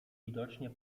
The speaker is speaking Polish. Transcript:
widocznie